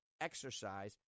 exercise